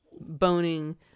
boning